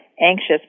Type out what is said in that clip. anxious